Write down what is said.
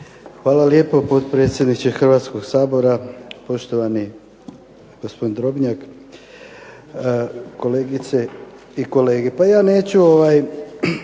Hvala lijepo potpredsjedniče Hrvatskog sabora. Poštovani gospodine Drobnjak, kolegice i kolege. Ja neću